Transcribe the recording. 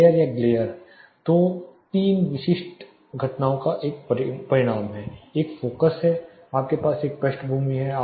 glare या glare दो तीन विशिष्ट घटनाओं का एक परिणाम है एक फोकस है आपके पास एक पृष्ठभूमि है